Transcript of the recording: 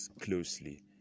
closely